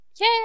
Yay